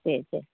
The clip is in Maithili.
से छै